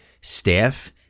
staff